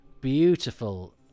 Beautiful